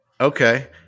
Okay